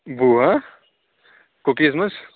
گوٚو ہا کُکیٖز منٛز